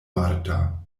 marta